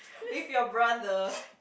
with your brother